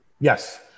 Yes